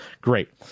great